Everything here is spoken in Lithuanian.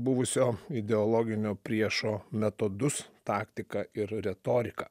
buvusio ideologinio priešo metodus taktiką ir retoriką